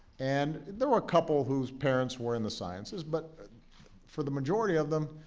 and there were a couple whose parents were in the sciences, but for the majority of them,